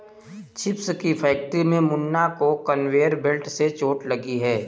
chips की factory में मुन्ना को कन्वेयर बेल्ट से चोट लगी है